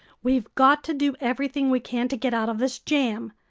we've got to do everything we can to get out of this jam!